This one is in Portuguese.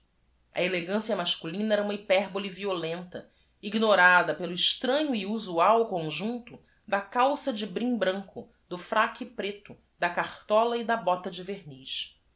i elegância masculina era uma hy perbole violenta ignorada pelo es t r a n h o e usual conjuneto da calça de b r i m branco do f r a c k preto da cartolla e da bota dc verniz